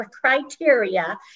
criteria